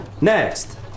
Next